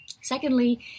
Secondly